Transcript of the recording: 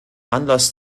anlass